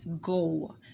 go